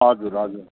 हजुर हजुर